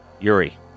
Yuri